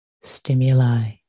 stimuli